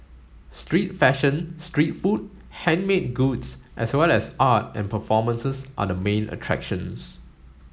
street fashion street food handmade goods as well as art and performances are the main attractions